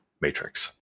Matrix